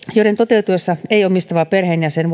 ei omistava perheenjäsen